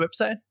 website